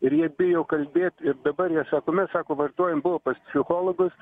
ir jie bijo kalbėt ir dabar jie sako mes sako vartojam buvo pas psichologus